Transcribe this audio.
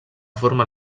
forma